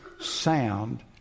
sound